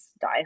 Die